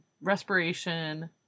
respiration